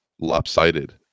lopsided